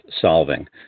solving